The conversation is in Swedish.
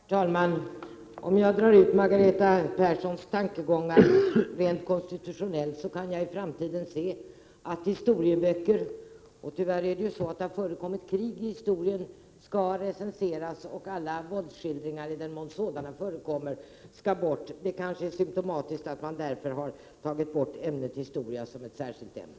Herr talman! Om jag drar konsekvenserna av Margareta Perssons tankegångar rent konstitutionellt, så kan jag se att historieböcker i framtiden — och tyvärr är det ju så att det har förekommit krig i historien — skall recenseras och att alla våldsskildringar, i den mån sådana förekommer, skall bort. Det är kanske symptomatiskt att man har tagit bort ämnet historia som ett särskilt ämne.